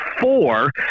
four